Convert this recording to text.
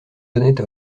honnête